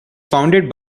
founded